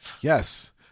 Yes